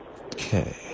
Okay